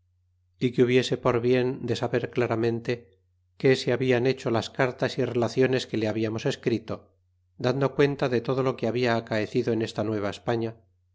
y cro hubiese por bien de saber claramente que se habiao hecho las cai g as y relaciones que le hahhonos escrito dando cuenta de todo lo que halda acaecido en esta